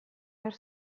behar